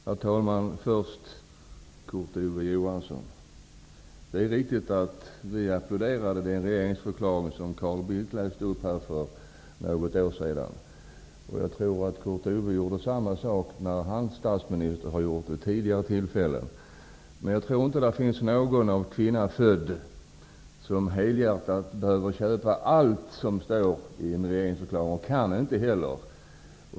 Herr talman! Jag riktar mig först till Kurt Ove Johansson. Det är riktigt att vi applåderade den regeringsförklaring som Carl Bildt läste upp här i kammaren för nästan ett år sedan. Jag tror Kurt statsminister vid tidigare tillfällen har läst upp sin regeringsförklaring. Men jag tror inte att det finns någon människa av kvinna född som helhjärtat behöver köpa allt som står i en regeringsförklaring -- kan inte heller.